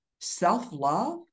self-love